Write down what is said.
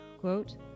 quote